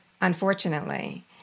unfortunately